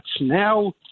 Now